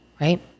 right